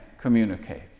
communicate